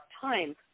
time